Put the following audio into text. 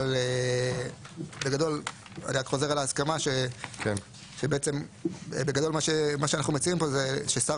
אבל בגדול אני חוזר על ההסכמה שאנחנו מציעים פה ששר